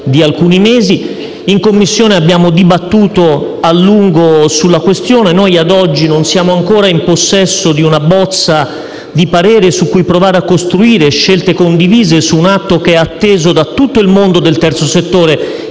di alcuni mesi. In Commissione abbiamo dibattuto a lungo sulla questione; ad oggi non siamo ancora in possesso di una bozza di parere su cui provare a costruire scelte condivise su un atto atteso da tutto il mondo del terzo settore,